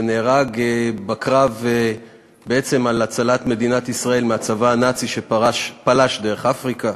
ונהרג בקרב בעצם על הצלת מדינת ישראל מהצבא הנאצי שפלש דרך אפריקה.